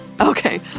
Okay